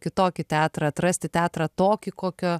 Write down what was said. kitokį teatrą atrasti teatrą tokį kokio